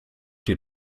dir